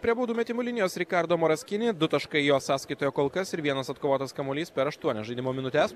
prie baudų metimo linijos rikardo moraskini du taškai jo sąskaitoje kol kas ir vienas atkovotas kamuolys per aštuonias žaidimo minutes